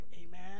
Amen